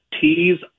T's